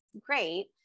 Great